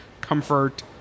comfort